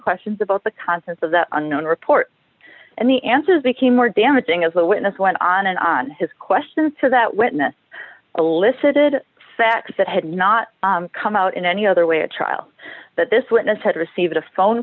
questions about the contents of the unknown report and the answers became more damaging as the witness went on and on his questions to that witness alyssa did facts that had not come out in any other way a trial that this witness had received a phone